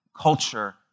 culture